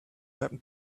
happen